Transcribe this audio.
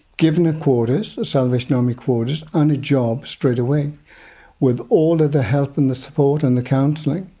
given quarters, salvation army quarters, and a job straight away with all of the help and the support and the counselling,